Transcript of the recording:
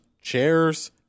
chairs